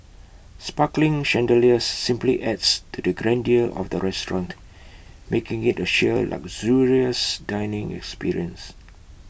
sparkling chandeliers simply adds to the grandeur of the restaurant making IT A sheer luxurious dining experience